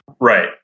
Right